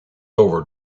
over